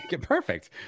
Perfect